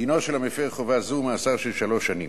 דינו של המפר חובה זו הוא מאסר שלוש שנים.